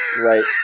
Right